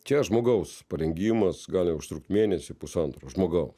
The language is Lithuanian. čia žmogaus parengimas gali užtrukt mėnesį pusantro žmogaus